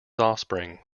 offspring